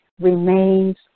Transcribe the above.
remains